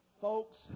Folks